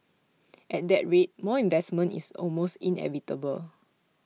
at that rate more investment is almost inevitable